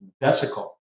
vesicle